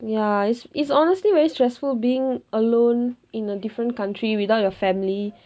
ya it's it's honestly very stressful being alone in a different country without your family